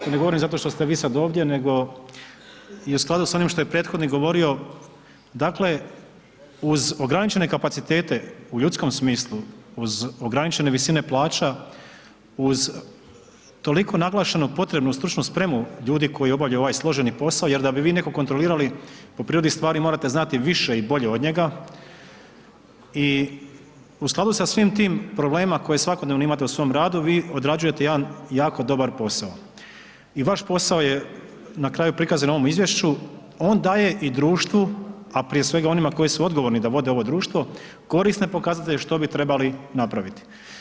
To ne govorim zato što ste vi sad ovdje nego je u skladu s onim što je prethodnik govorio, dakle uz ograničene kapacitete u ljudskom smislu, uz ograničene visine plaća, uz toliko naglašenu stručnu spremu ljudi koji obavljaju ovaj složeni posao, jer da bi vi nekog kontrolirali po prirodi stvari morate znati više i bolje od njega i u skladu sa svim tim problemima koje svakodnevno imate u svom radu vi odrađujete jedan jako dobar posao i vaš posao je na kraju prikazan u ovom izvješću, on daje i društvu, a prije svega oni koji su odgovorni da vode ovo društvo, korisne pokazatelje što bi trebali napraviti.